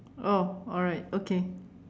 oh alright okay